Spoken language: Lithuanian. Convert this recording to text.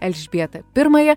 elžbietą pirmąją